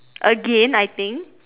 again I think